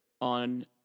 on